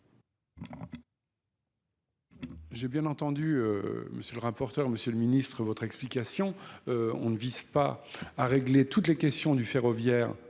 J'ai bien entendu M. le rapporteur, M. le Ministre, votre explication on ne vise pas à régler toutes les questions du ferroviaire